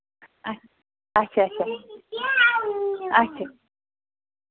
اَ اَچھا اچھا اچھا